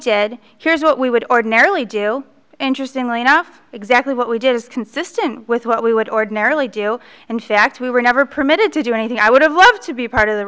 did here's what we would ordinarily do interesting really enough exactly what we did is consistent with what we would ordinarily do and fact we were never permitted to do anything i would have loved to be part of the